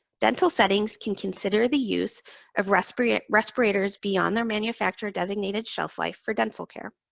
dental settings can consider the use of respirators respirators beyond their manufacturer-designated shelf life for dental care.